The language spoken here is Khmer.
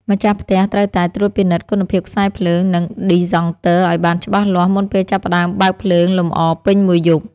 ម្ចាស់ផ្ទះត្រូវតែត្រួតពិនិត្យគុណភាពខ្សែភ្លើង និងឌីសង់ទ័រឱ្យបានច្បាស់លាស់មុនពេលចាប់ផ្តើមបើកភ្លើងលម្អពេញមួយយប់។